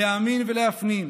להאמין ולהפנים,